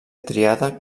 triada